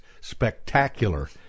spectacular